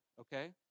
okay